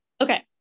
okay